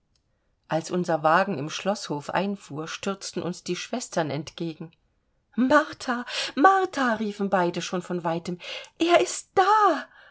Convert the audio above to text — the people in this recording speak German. als unser wagen im schloßhof einfuhr stürzten uns die schwestern entgegen martha martha riefen beide schon von weitem er ist da